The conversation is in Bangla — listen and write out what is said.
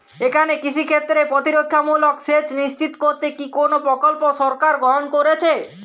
এখানে কৃষিক্ষেত্রে প্রতিরক্ষামূলক সেচ নিশ্চিত করতে কি কোনো প্রকল্প সরকার গ্রহন করেছে?